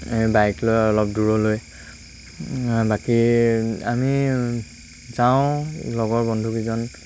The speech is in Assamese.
এই বাইক লৈ অলপ দূৰলৈ বাকী আমি যাওঁ লগৰ বন্ধুকেইজন